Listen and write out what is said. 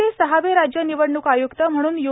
राज्याचे सहावे राज्य निवडणूक आय्क्त म्हणून यू